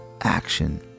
action